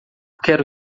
quero